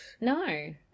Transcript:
No